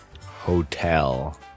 Hotel